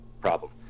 problem